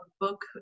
book